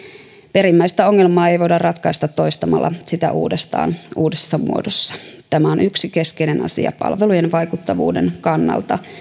perimmäistä ongelmaa ei voida ratkaista toistamalla sitä uudestaan uudessa muodossa tämä on yksi keskeinen asia palvelujen vaikuttavuuden kannalta